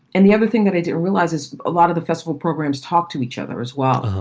and the other thing that i didn't realize is a lot of the festival programs talk to each other as well.